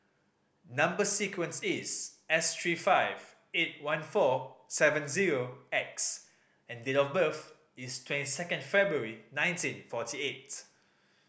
number sequence is S three five eight one four seven zero X and date of birth is twenty second February nineteen forty eight